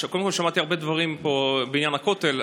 קודם כול שמעתי הרבה מאוד דברים פה בעניין הכותל,